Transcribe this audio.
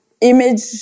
image